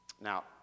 Now